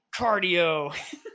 Cardio